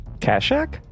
Kashak